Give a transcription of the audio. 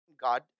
God